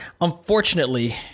unfortunately